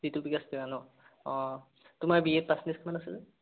ঋতুবিকাশ ডেকা ন অঁ তোমাৰ বি এ ত পাৰ্চেন্টেজ কিমান আছিলে